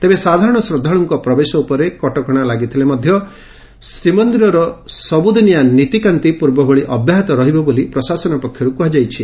ତେବେ ସାଧାରଣ ଶ୍ରଦ୍ଧାଳୁଙ୍କ ପ୍ରବେଶ ଉପରେ କଟକଶା ଲାଗିଥିଲେ ମଧ୍ଧ ମନ୍ଦିରର ସବୁଦିନିଆ ନୀତିକାନ୍ତି ପୂର୍ବଭଳି ଅବ୍ୟାହତ ରହିବ ବୋଲି ପ୍ରଶାସନ ପକ୍ଷରୁ କୁହାଯାଇଛି